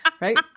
right